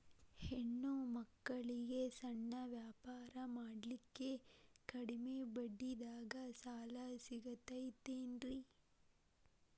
ಹೆಣ್ಣ ಮಕ್ಕಳಿಗೆ ಸಣ್ಣ ವ್ಯಾಪಾರ ಮಾಡ್ಲಿಕ್ಕೆ ಕಡಿಮಿ ಬಡ್ಡಿದಾಗ ಸಾಲ ಸಿಗತೈತೇನ್ರಿ?